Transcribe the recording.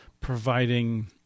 providing